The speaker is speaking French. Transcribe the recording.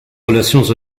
relations